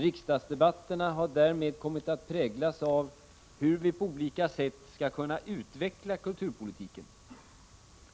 Riksdagsdebatterna har därmed kommit att präglas av hur vi på olika sätt skall kunna utveckla kulturpolitiken.